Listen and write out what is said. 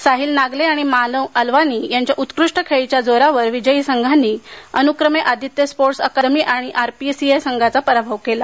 साहील नागले आणि मानव अल्वानी यांच्या उत्कृष्ट खेळीच्या जोरावर विजयी संघांनी अनुक्रमे आदीत्य स्पोर्टस अकादमी आणि आरपीसीए संघांचा पराभव केला